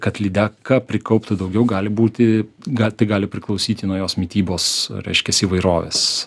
kad lydeka prikauptų daugiau gali būti gali tai gali priklausyti nuo jos mitybos reiškias įvairovės